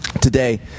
today